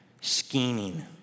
Scheming